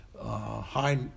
high